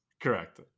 Correct